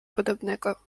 podobnego